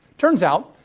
turns out,